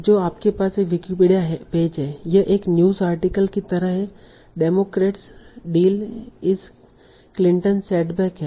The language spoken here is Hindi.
तो आपके पास एक विकिपीडिया पेज है यह एक न्यूज़ आर्टिकल की तरह है डेमोक्रेटस डील इस क्लिंटन सेटबैक है